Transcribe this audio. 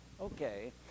okay